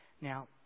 Now